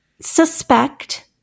suspect